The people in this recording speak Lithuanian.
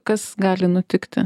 kas gali nutikti